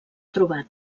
trobar